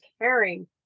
caring